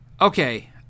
Okay